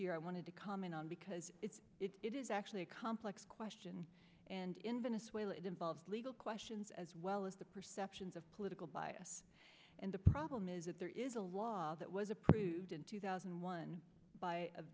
year i wanted to comment on because it's it is actually a complex question and in venezuela it involves legal questions as well as the perceptions of political bias and the problem is that there is a law that was approved in two thousand and one by